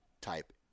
type